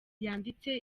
yanditse